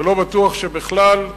ולא בטוח שבכלל,